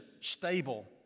stable